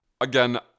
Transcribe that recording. Again